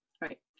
Right